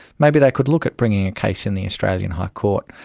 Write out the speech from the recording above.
maybe they could look at bringing a case in the australian high court,